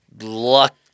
luck –